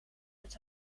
het